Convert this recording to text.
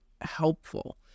helpful